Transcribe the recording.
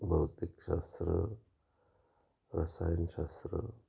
भौतिकशास्त्र रसायनशास्त्र